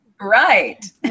Right